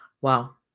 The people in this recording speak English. Wow